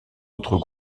autres